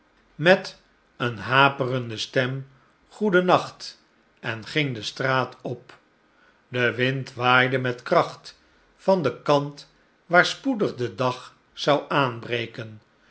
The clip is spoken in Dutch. met slechte tijden eene haperende stem goedennacht en ging de straat op de wind waaide met kracht van den kant waar spoedig de dag zou aanbreken